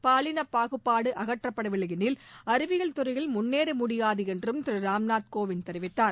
பாலின பாகுபாடு அகற்றப்படவில்லையெனில் அறிவியல் துறையில் முன்னேற முடியாது என்றும் திரு ராம்நாத் கோவிந்த் தெரிவித்தார்